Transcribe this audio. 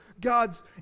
God's